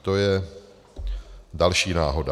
To je další náhoda.